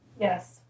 Yes